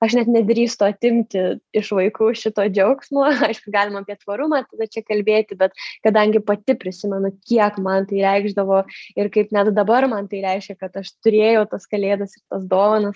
aš net nedrįstu atimti iš vaikų šito džiaugsmo aišku galima apie tvarumą tada čia kalbėti bet kadangi pati prisimenu kiek man tai reikšdavo ir kaip net dabar man tai reiškia kad aš turėjau tas kalėdas ir tas dovanas